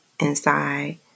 inside